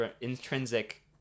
intrinsic